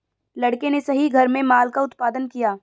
लड़के ने सही घर में माल का उत्पादन किया